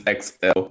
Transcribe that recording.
XL